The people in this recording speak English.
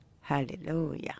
Hallelujah